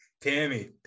Tammy